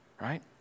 Right